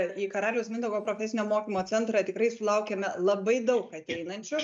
į karaliaus mindaugo profesinio mokymo centrą tikrai sulaukėme labai daug ateinančių